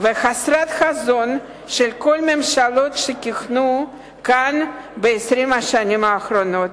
וחסרת חזון של כל הממשלות שכיהנו כאן ב-20 השנים האחרונות.